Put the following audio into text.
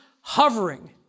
hovering